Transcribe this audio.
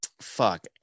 fuck